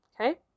okay